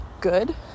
good